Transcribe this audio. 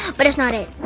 but it's not it.